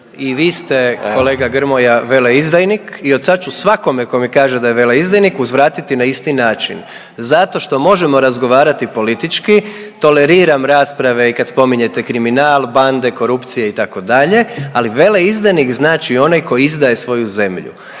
I vi ste kolega Grmoja veleizdajnik i sad ću svakome tko mi kaže da je veleizdajnik uzvratiti na isti način zato što možemo razgovarati politički. Toleriram rasprave i kad spominjete kriminal, bande, korupcije itd. Ali veleizdajnik znači onaj koji izdaje svoju zemlju.